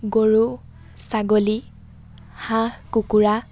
গৰু ছাগলী হাঁহ কুকুৰা